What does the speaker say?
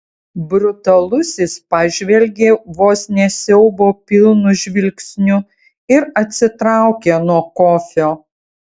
brutalusis pažvelgė vos ne siaubo pilnu žvilgsniu ir atsitraukė nuo kofio